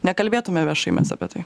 nekalbėtume viešai mes apie tai